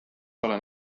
olen